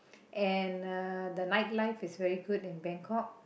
and uh the night life is very good in Bangkok